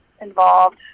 involved